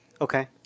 Okay